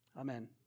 Amen